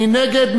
מי נגד?